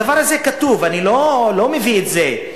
הדבר הזה כתוב, אני לא מביא את זה.